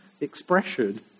expression